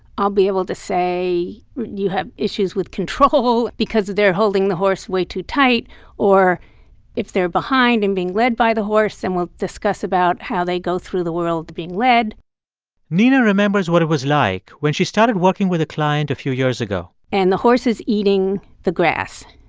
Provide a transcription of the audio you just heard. i'll be able to say you have issues with control because they're holding the horse way too tight or if they're behind and being led by the horse. and we'll discuss about how they go through the world being led nina remembers what it was like when she started working with a client a few years ago and the horse is eating the grass.